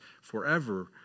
forever